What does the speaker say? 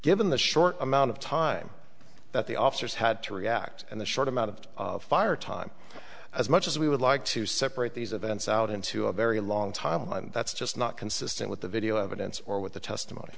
given the short amount of time that the officers had to react and the short amount of fire time as much as we would like to separate these events out into a very long time and that's just not consistent with the video evidence or with the testimony